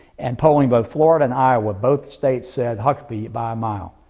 and polling both florida and iowa. both states said huckabee by a mile.